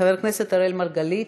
חבר הכנסת אראל מרגלית,